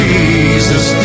Jesus